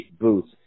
boots